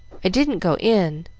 i didn't go in,